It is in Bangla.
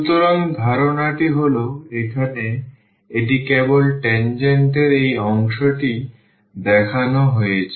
সুতরাং ধারণাটি হল এখানে এটি কেবল tangent এর এই অংশটি দেখানো হয়েছে